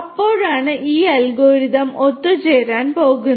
അപ്പോഴാണ് ഈ അൽഗോരിതം ഒത്തുചേരാൻ പോകുന്നത്